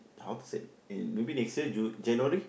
how to say in maybe next year Ju~ January